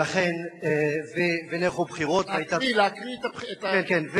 ולכן, ונערכו בחירות, להקריא, להקריא את, כן, כן.